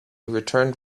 returned